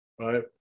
right